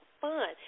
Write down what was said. fun